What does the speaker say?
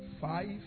Five